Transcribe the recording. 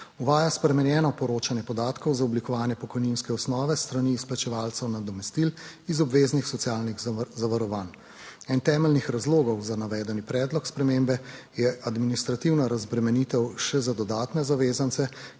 Uvaja spremenjeno poročanje podatkov za oblikovanje pokojninske osnove s strani izplačevalcev nadomestil iz obveznih socialnih zavarovanj. Eden temeljnih razlogov za navedeni predlog spremembe je administrativna razbremenitev še za dodatne zavezance,